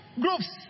groups